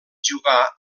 jugà